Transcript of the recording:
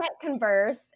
converse